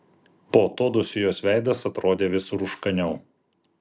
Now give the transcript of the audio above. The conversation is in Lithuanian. po atodūsių jos veidas atrodė vis rūškaniau